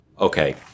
Okay